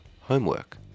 Homework